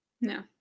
No